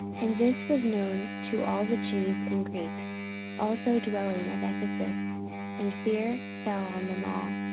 and this was known to all the jews and greeks also dwelling at ephesus and fear fell on them all,